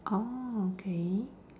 orh okay